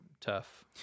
tough